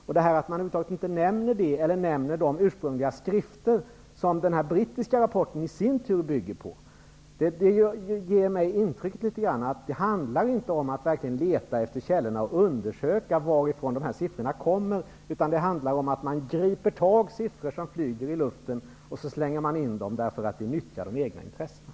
Att man över huvud taget inte nämner detta eller nämner de ursprungliga skrifter som den här brittiska rapporten i sin tur bygger på, ger mig gärna intrycket att det inte handlar om att verkligen leta efter källorna och undersöka varifrån siffrorna kommer. Det handlar om att man griper tag i de siffror som flyger i luften och slänger in dem för att det nyttjar de egna intressena.